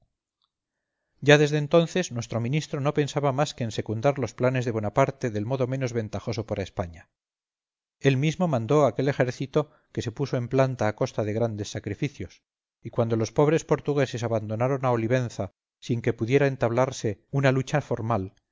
ya desde entonces nuestro ministro no pensaba más que en secundar los planes de bonaparte del modo menos ventajoso para españa él mismo mandó aquel ejército que se puso en planta a costa de grandes sacrificios y cuando los pobres portugueses abandonaron a olivenza sin que pudiera entablarse una lucha formal